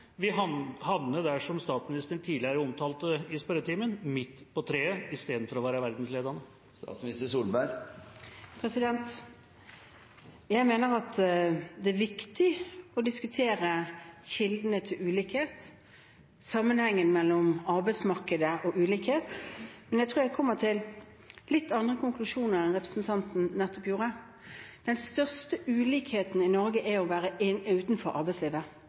statsministeren omtalte tidligere i spørretimen, midt på treet – istedenfor å være verdensledende? Jeg mener at det er viktig å diskutere kildene til ulikhet, sammenhengen mellom arbeidsmarkedet og ulikhet, men jeg tror jeg kommer til litt andre konklusjoner enn representanten nettopp gjorde. Den største ulikheten i Norge går på å være utenfor arbeidslivet.